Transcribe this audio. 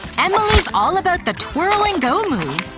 emily's all about the twirl and go move.